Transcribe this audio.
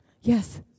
Yes